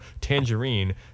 Tangerine